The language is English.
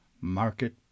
market